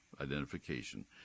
identification